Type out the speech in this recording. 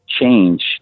change